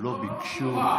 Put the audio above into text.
לא ביקשו.